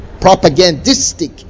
propagandistic